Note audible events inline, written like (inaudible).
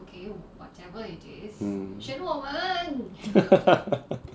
mm (laughs)